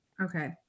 Okay